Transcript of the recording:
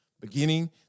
beginning